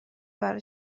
برای